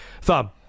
thumb